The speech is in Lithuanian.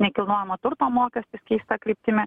nekilnojamo turto mokestis keista kryptimi